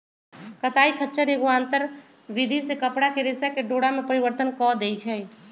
कताई खच्चर एगो आंतर विधि से कपरा के रेशा के डोरा में परिवर्तन कऽ देइ छइ